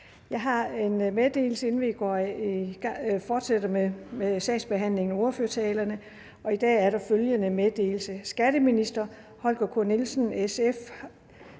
Jeg har en meddelelse, inden vi fortsætter med sagsbehandlingen og ordførertalerne. I dag er der følgende meddelelse: Skatteministeren (Holger K. Nielsen):